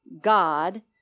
God